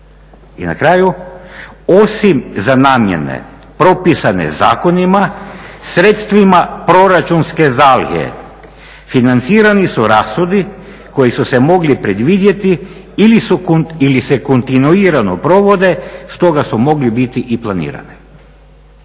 I na kraju, osim za namjene propisane zakonima sredstvima proračunske zalihe financirani su rashodi koji su se mogli predvidjeti ili se kontinuirano provode stoga su mogli biti i planirane.